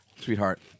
Sweetheart